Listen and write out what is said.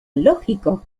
lógicos